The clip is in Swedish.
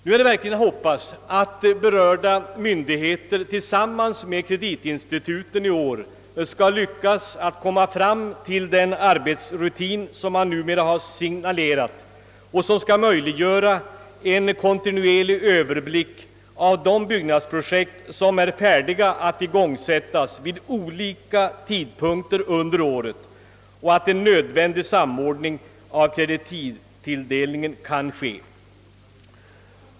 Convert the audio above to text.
Nu är det verkligen att hoppas att berörda myndigheter tillsammans med kreditinstituten i år skall lyckas komma fram till en arbetsrutin som signalerats och som möjliggör en kontinuerlig överblick av de byggnadsprojekt som är färdiga att igångsättas vid olika tidpunkter under året samt att en nödvändig samordning av kredittilldelningen kan ske.